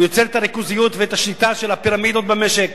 הוא יוצר את הריכוזיות ואת השיטה של הפירמידות במשק.